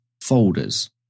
folders